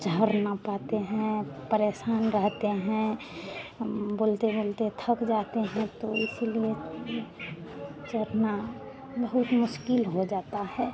झड़ ना पाते हैं परेशान रहते हैं हम बोलते बोलते थक जाते हैं तो इसीलिए चलना बहुत मुश्किल हो जाता है